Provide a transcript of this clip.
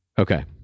okay